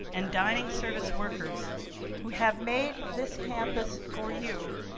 and dining service workers who have made this campus for you,